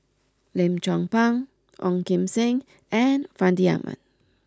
Lim Chong Pang Ong Kim Seng and Fandi Ahmad